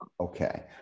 Okay